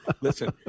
listen